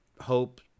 hope